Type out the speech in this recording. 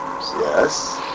Yes